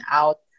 out